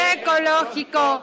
ecológico